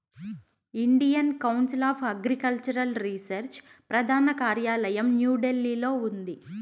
Indian council of agricultural research ప్రధాన కార్యాలయం న్యూఢిల్లీలో ఉంది